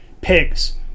pigs